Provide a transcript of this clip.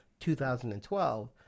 2012